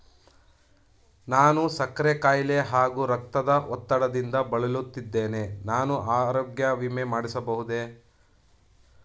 ನಾನು ಸಕ್ಕರೆ ಖಾಯಿಲೆ ಹಾಗೂ ರಕ್ತದ ಒತ್ತಡದಿಂದ ಬಳಲುತ್ತಿದ್ದೇನೆ ನಾನು ಆರೋಗ್ಯ ವಿಮೆ ಮಾಡಿಸಬಹುದೇ?